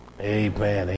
amen